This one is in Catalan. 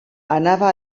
anava